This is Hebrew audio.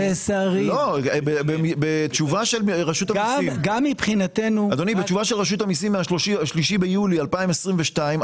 בתשובה של רשות המיסים מ-3.7.22,